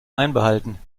einbehalten